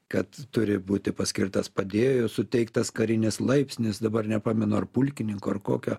kad turi būti paskirtas padėjėju suteiktas karinis laipsnis dabar nepamenu ar pulkininko ar kokio